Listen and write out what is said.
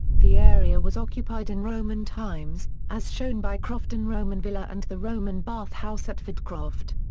the area was occupied in roman times, as shown by crofton roman villa and the roman bath-house at fordcroft.